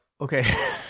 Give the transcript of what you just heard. Okay